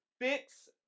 fix